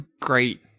great